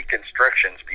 Instructions